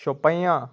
Shopian